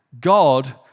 God